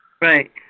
Right